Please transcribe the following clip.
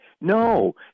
No